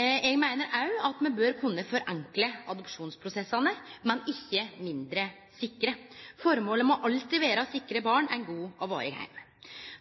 Eg meiner òg at me bør kunne forenkle adopsjonsprosessane, men ikkje gjere dei mindre sikre. Formålet må alltid vere å sikre barn ein god og varig heim.